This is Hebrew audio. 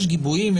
יש גיבויים.